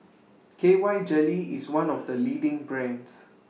K Y Jelly IS one of The leading brands